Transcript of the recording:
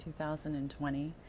2020